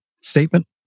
statement